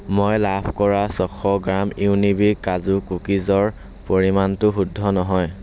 মই লাভ কৰা ছশ গ্ৰাম ইউনিবিক কাজু কুকিজৰ পৰিমাণটো শুদ্ধ নহয়